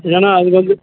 ஏன்னால் அது வந்து